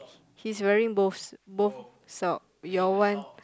he's wearing both both sock your wife